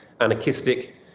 anarchistic